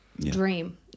dream